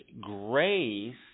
grace